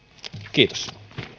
kiitos